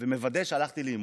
ומוודא שהלכתי לאימון.